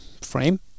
frame